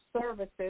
services